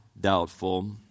doubtful